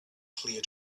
clear